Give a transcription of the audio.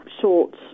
short